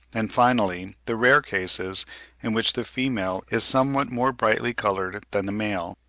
and finally the rare cases in which the female is somewhat more brightly-coloured than the male.